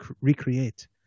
recreate